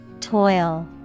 Toil